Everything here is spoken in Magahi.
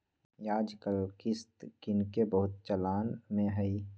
याजकाल किस्त किनेके बहुते चलन में हइ